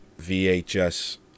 VHS